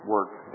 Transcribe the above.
work